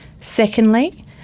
Secondly